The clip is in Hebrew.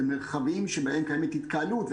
זה מרחבים שבהם קיימת התקהלות,